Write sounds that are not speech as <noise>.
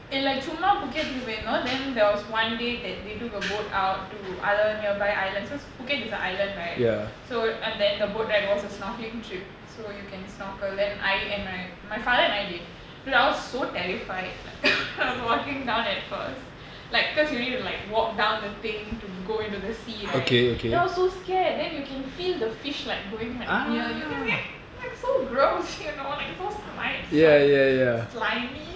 இல்லசும்மாபுக்கெட்குபோயிருந்தோம்:illa summa pucketku poiyirundhom then there was one day that they took a boat out to other nearby islands cause is a island right so and then the boat ride was a snorkeling trip so you can snorkel and I and my my father and I did dude I was so terrified like <noise> when I was walking down at first like cause you need to like walk down the thing to go into the sea right then I was so scared then you can feel the fish like going like near you <noise> like so gross you know like so sli~ sli~ slimy